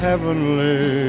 Heavenly